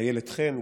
איילת חן,